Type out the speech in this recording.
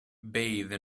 bathe